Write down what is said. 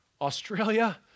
Australia